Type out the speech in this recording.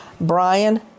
Brian